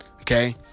Okay